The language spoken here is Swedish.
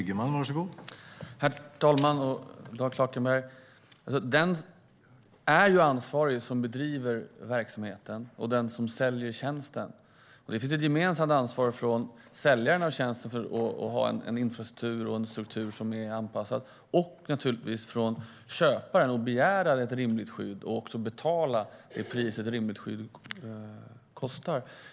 Herr talman och Dan Klackenberg! Den som bedriver verksamheten och den som säljer tjänsten är ansvariga. Det finns ett ansvar från säljaren av tjänsten för att en infrastruktur och en struktur är anpassade och naturligtvis från köparen att begära ett rimligt skydd och också betala det pris ett rimligt skydd kostar.